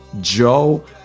joe